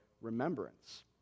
remembrance